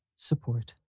Support